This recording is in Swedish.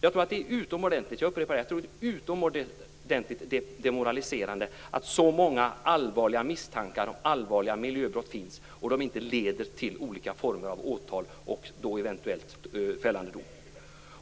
Jag vill upprepa att jag tror att det är utomordentligt demoraliserande att så många allvarliga misstankar om allvarliga miljöbrott finns och att de inte leder till olika former av åtal och eventuellt fällande dom.